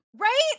Right